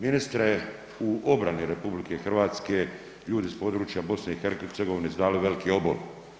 Ministre, u obrani RH ljudi s područja BiH su dali veliki obol.